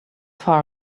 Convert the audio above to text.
far